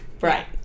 Right